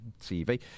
TV